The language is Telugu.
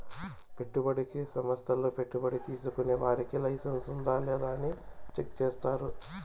పెట్టుబడికి సంస్థల్లో పెట్టుబడి తీసుకునే వారికి లైసెన్స్ ఉందా లేదా అని చెక్ చేస్తారు